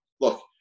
look